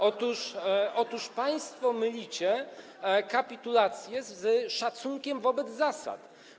Otóż państwo mylicie kapitulację z szacunkiem wobec zasad.